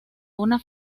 una